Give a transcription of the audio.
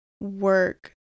work